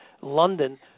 London